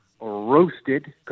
roasted